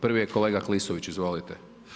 Prvi je kolega Klisović, izvolite.